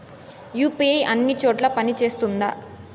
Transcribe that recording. UPI అన్ని చోట్ల పని సేస్తుందా?